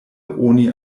oni